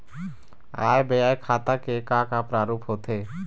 आय व्यय खाता के का का प्रारूप होथे?